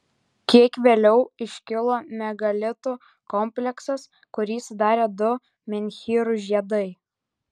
kiek vėliau iškilo megalitų kompleksas kurį sudarė du menhyrų žiedai